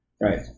right